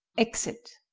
exit